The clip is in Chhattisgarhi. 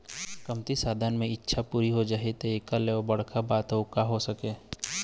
कमती साधन म इच्छा पूरा हो जाही त एखर ले बड़का बात अउ का हो सकत हे